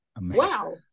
Wow